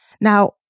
Now